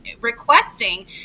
requesting